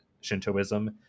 Shintoism